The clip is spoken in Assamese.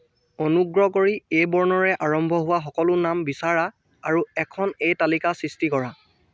অনুগ্ৰহ কৰি এ' বৰ্ণৰে আৰম্ভ হোৱা সকলো নাম বিচাৰা আৰু এখন এ' তালিকা সৃষ্টি কৰা